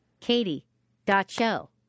Katie.show